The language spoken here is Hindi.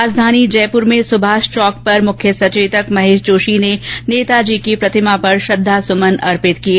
राजधानी जयपुर में सुभाष चौक पर मुख्य सचेतक महेश जोशी ने नेताजी की प्रतिमा पर श्रद्धा सुमन अर्पित किए